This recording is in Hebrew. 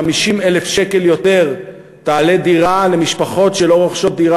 50,000 שקל יותר תעלה דירה למשפחות שלא רוכשות דירה